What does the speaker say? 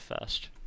first